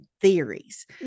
theories